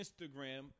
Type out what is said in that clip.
Instagram